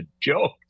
joke